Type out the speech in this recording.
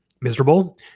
miserable